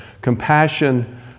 compassion